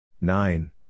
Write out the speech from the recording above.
Nine